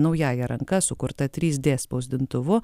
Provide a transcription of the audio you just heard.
naująja ranka sukurta trys d spausdintuvu